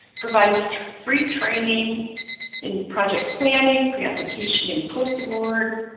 provide free training in project planning, pre-application and post award.